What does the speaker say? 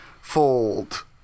Fold